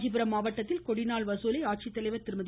காஞ்சிபுரம் மாவட்டத்தில் கொடிநாள் வசூலை ஆட்சித்தலைவர்திருமதி